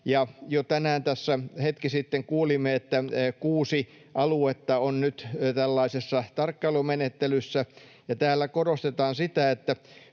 Jo tänään tässä hetki sitten kuulimme, että kuusi aluetta on nyt tällaisessa tarkkailumenettelyssä, ja täällä korostetaan sitä, että